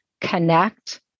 connect